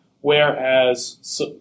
whereas